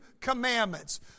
commandments